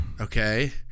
okay